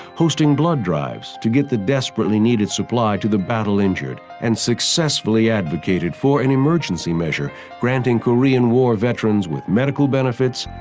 hosting blood drives to get the desperately needed supply to the battle-injured, and successfully advocated for an emergency measure granting korean war veterans with medical benefits,